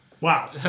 Wow